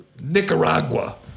Nicaragua